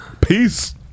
peace